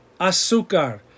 azúcar